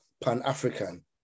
Pan-African